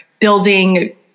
building